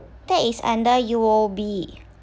that is under U_O_B